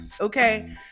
okay